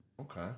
Okay